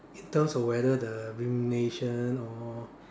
in terms of whether the remuneration or